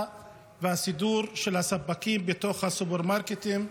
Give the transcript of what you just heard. והסידור של הספקים בתוך הסופרמרקטים,